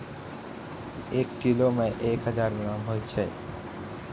एक किलोग्रामो मे एक हजार ग्राम होय छै